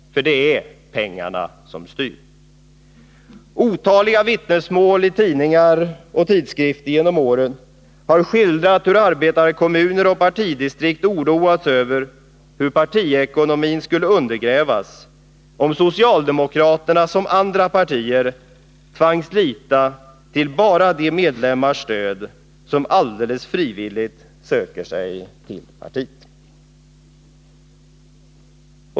För det är pengarna som styr. Otaliga vittnesmål i tidningar och tidskrifter har genom åren skildrat hur arbetarkommuner och partidistrikt oroats över hur partiekonomin skulle undergrävas, om socialdemokraterna som andra partier tvangs lita till stöd från bara de medlemmar som alldeles frivilligt söker sig till partiet.